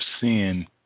sin